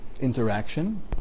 interaction